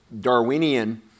Darwinian